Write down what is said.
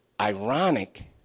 ironic